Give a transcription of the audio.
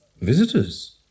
Visitors